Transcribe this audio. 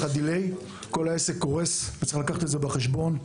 כל העסק קורס וצריך לקחת את זה בחשבון.